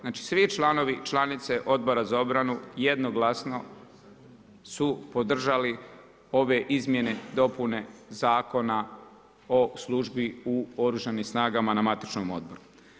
Znači svi članovi i članice Odbora za obranu jednoglasno su podržali ove izmjene i dopune Zakona o službi u Oružanim snagama na matičnom odboru.